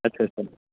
आत्सा सा सा